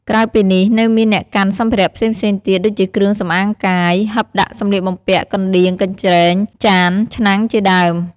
ក្រៅពីនេះ នៅមានអ្នកកាន់សម្ភារៈផ្សេងៗទៀត ដូចជាគ្រឿងសំអាងកាយ ហឹបដាក់សម្លៀកបំពាក់ កណ្ដៀវ កញ្ច្រែង ចាន ឆ្នាំងជាដើម។